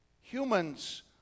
Humans